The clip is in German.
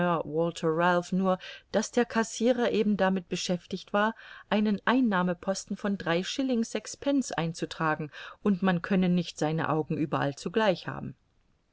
nur daß der cassirer eben damit beschäftigt war einen einnahmeposten von drei schilling sechs pence einzutragen und man könne nicht seine augen überall zugleich haben